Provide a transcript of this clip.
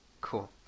Cool